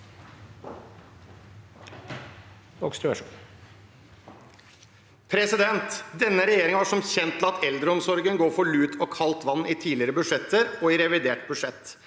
Denne regjeringen har som kjent latt eldreomsorgen gå for lut og kaldt vann i tidligere budsjetter, og i revidert budsjett